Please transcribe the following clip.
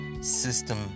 system